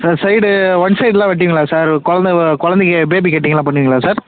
sir side one சைடுலாம் வெட்டுவீங்களா sir கொழந்தை குழந்தைக்கி பேபி கட்டிங்லாம் பண்ணுவீங்களா சார்